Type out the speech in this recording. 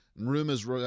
rumors